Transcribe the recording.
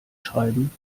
schreiben